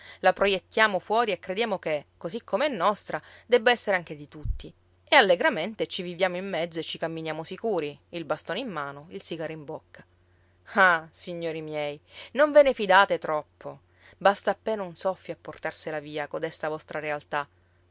la projettiamo fuori e crediamo che così com'è nostra debba essere anche di tutti e allegramente ci viviamo in mezzo e ci camminiamo sicuri il bastone in mano il sigaro in bocca ah signori miei non ve ne fidate troppo basta appena un soffio a portarsela via codesta vostra realtà